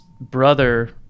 brother